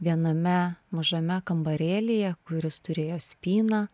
viename mažame kambarėlyje kuris turėjo spyną